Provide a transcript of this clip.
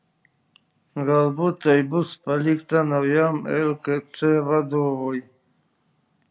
galbūt tai bus palikta naujam lkc vadovui